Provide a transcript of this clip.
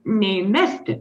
nei mesti